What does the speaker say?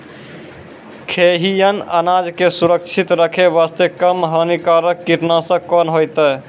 खैहियन अनाज के सुरक्षित रखे बास्ते, कम हानिकर कीटनासक कोंन होइतै?